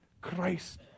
Christ